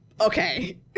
okay